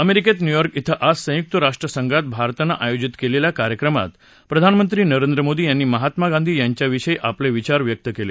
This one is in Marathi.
अमेरिकेत न्यूयॉर्क इथं आज संयुक्त राष्ट्रसंघात भारतानं आयोजित केलेल्या कार्यक्रमात प्रधानमंत्री नरेंद्र मोदी यांनी महात्मा गांधी यांच्याविषयी आपले विचार व्यक्त केले